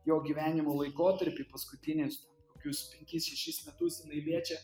jo gyvenimo laikotarpį paskutinius kokius penkis šešis metus jinai liečia